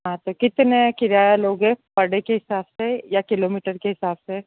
हाँ तो कितने किराया लोगे पर डे के हिसाब से या किलोमीटर के हिसाब से